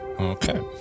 Okay